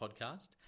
podcast